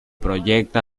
proyecta